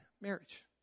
marriage